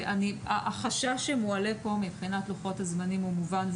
החשש שמועלה פה מבחינת לוחות הזמנים הוא מובן,